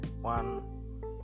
One